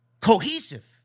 cohesive